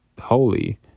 holy